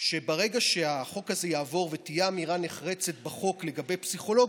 שברגע שהחוק הזה יעבור ותהיה אמירה נחרצת בחוק לגבי פסיכולוגים,